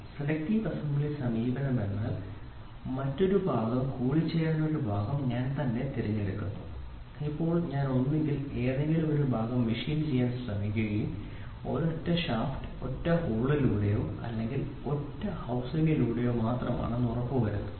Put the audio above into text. selective assembly സമീപനം എന്നാൽ മറ്റൊരു ഭാഗം കൂടി ചേരേണ്ട ഒരു ഭാഗം ഞാൻ തിരഞ്ഞെടുക്കുന്നു ഇപ്പോൾ ഞാൻ ഒന്നുകിൽ ഏതെങ്കിലും ഒരു ഭാഗം മെഷീൻ ചെയ്യാൻ ശ്രമിക്കുകയും ഒരൊറ്റ ഷാഫ്റ്റ് ഒരൊറ്റ ഹോളിലൂടെയോ അല്ലെങ്കിൽ ഒരു ഹൌസിങ്ങിലൂടെയോ ഉറപ്പുവരുത്തുക